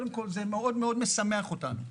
זה מאוד מאוד משמח אותנו.